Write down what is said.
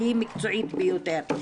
והיא מקצועית ביותר,